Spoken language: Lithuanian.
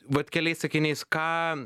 vat keliais sakiniais ką